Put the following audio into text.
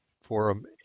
forum